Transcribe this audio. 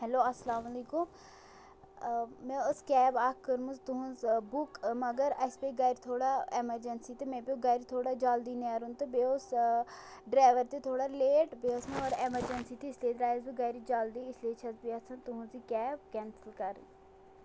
hello اَسلام علیکُم مےٚ ٲس کیب اَکھ کٔرمٕژ تُہٕنٛز بُک مگر اَسہِ پے گرِ تھوڑا اٮ۪مَرجَنسی تہٕ مےٚ پیوٚو گَرِ تھوڑا جلدی نیرُن تہٕ بیٚیہِ اوس ڈرٛیوَر تہِ تھوڑا لیٹ بیٚیہِ ٲس مےٚ اٮ۪مَرجَنسی تہِ اس لیے درٛایَس بہٕ گَرِ جلدی اسلیے چھَس بہٕ یژھان تُہٕنٛز یہِ کیب کٮ۪نسَل کَرٕنۍ